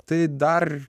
tai dar